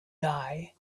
die